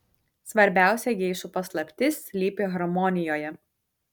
svarbiausia geišų paslaptis slypi harmonijoje